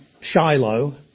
Shiloh